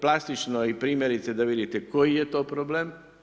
Plastično i primjerice da vidite koji je to problem.